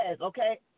okay